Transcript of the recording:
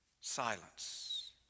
Silence